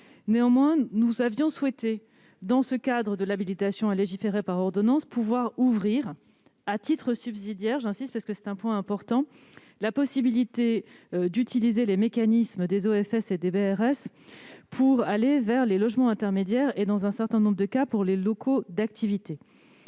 Néanmoins, nous avions souhaité, dans le cadre de cette habilitation à légiférer par ordonnance, pouvoir ouvrir à titre subsidiaire- j'insiste sur cette précision importante -la possibilité d'utiliser les mécanismes des OFS et des BRS pour développer l'offre de logements intermédiaires et, dans un certain nombre de cas, de locaux d'activités.